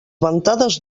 ventades